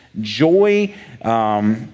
joy